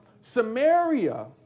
Samaria